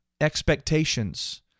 expectations